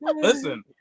Listen